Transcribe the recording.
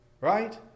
right